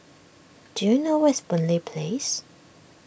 do you know where is Boon Lay Place